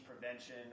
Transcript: prevention